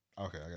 Okay